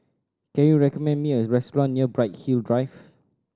can you recommend me a restaurant near Bright Hill Drive